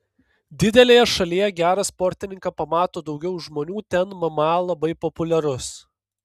didelėje šalyje gerą sportininką pamato daugiau žmonių ten mma labai populiarus